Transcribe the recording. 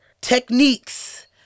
techniques